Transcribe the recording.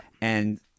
And-